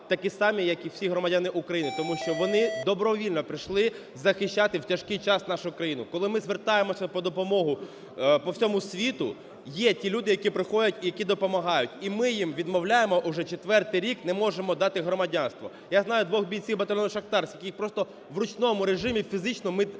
такі самі, як і всі громадяни України. Тому що вони добровільно прийшли захищати в тяжкий час нашу країну. Коли ми звертаємося по допомогу по всьому світу, є ті люди, які приходять і які допомагають, і ми їм відмовляємо, уже четвертий рік не можемо дати громадянство. Я знаю двох бійців батальйону "Шахтарськ" їх просто в ручному режимі фізично ми тримали,